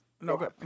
No